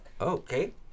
Okay